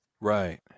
Right